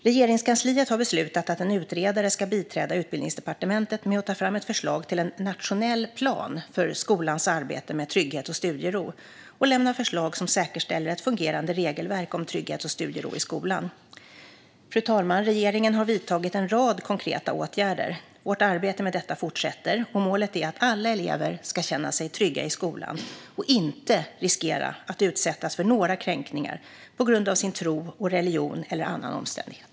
Regeringskansliet har beslutat att en utredare ska biträda Utbildningsdepartementet med att ta fram ett förslag till en nationell plan för skolans arbete med trygghet och studiero och lämna förslag som säkerställer ett fungerande regelverk om trygghet och studiero i skolan. Fru talman! Regeringen har vidtagit en rad konkreta åtgärder, och vårt arbete fortsätter. Målet är att alla elever ska känna sig trygga i skolan och inte riskera att utsättas för några kränkningar på grund av sin tro och religion eller annan omständighet.